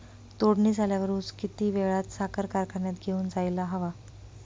तोडणी झाल्यावर ऊस किती वेळात साखर कारखान्यात घेऊन जायला हवा?